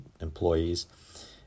employees